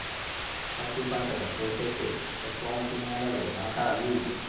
పత్తి పంట ను సేసేకి ఎట్లాంటి నేలలో నాటాలి?